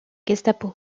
gestapo